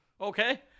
Okay